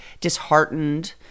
disheartened